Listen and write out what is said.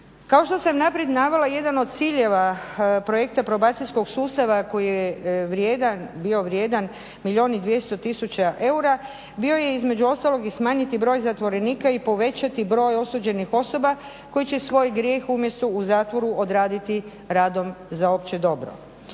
Kao što sam unaprijed navela jedan od ciljeva projekta probacijskog sustava koji je vrijedan, bio vrijedan milijun i 200 tisuća eura bio je između ostalog i smanjiti broj zatvorenika i povećati broj osuđenih osoba koje će svoj grijeh umjesto u zatvoru odraditi radom za opće dobro.